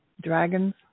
dragons